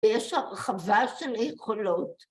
‫ויש הרחבה של היכולות.